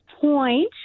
point